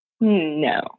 No